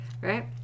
Right